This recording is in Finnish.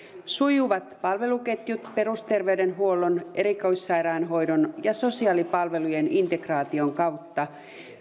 sujuvat palveluketjut perusterveydenhuollon erikoissairaanhoidon ja sosiaalipalvelujen integraation kautta